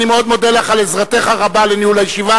אני מאוד מודה לך על עזרתך הרבה בניהול הישיבה.